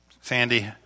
Sandy